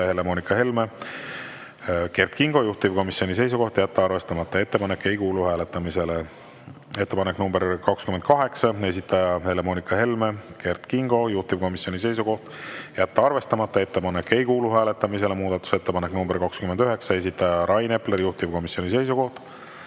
Helle-Moonika Helme, Kert Kingo. Juhtivkomisjoni seisukoht on jätta arvestamata ja ettepanek ei kuulu hääletamisele. Ettepanek nr 28, esitajad Helle-Moonika Helme, Kert Kingo. Juhtivkomisjoni seisukoht on jätta arvestamata. Ettepanek ei kuulu hääletamisele. Muudatusettepanek nr 29, esitaja Rain Epler. Juhtivkomisjoni seisukoht